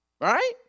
Right